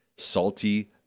salty